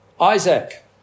Isaac